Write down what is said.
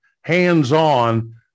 hands-on